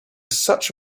such